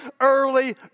early